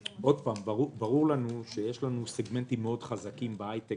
ברור לנו שיש לנו סגמנטים מאוד חזקים בהייטק,